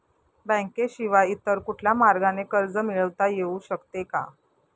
बँकेशिवाय इतर कुठल्या मार्गाने कर्ज मिळविता येऊ शकते का?